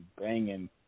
banging